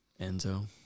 Enzo